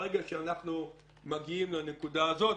ברגע שאנחנו מגיעים לנקודה הזאת,